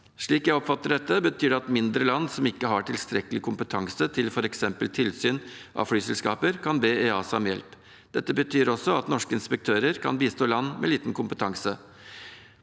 Slik jeg oppfatter dette, betyr det at mindre land som ikke har tilstrekkelig kompetanse til f.eks. tilsyn av flyselskaper, kan be EASA om hjelp. Dette betyr også at norske inspektører kan bistå land med liten kompetanse.